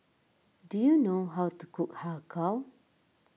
do you know how to cook Har Kow